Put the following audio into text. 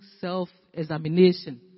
self-examination